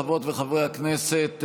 חברות וחברי הכנסת,